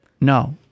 no